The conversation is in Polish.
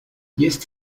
jest